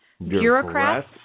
Bureaucrats